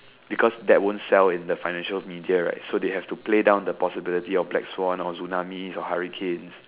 because that won't sell in the financial media right so they have to play down the possibility of black Swan or tsunamis or hurricanes